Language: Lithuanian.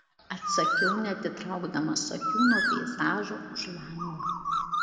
atsakiau neatitraukdamas akių nuo peizažo už lango